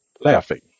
Laughing